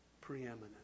preeminent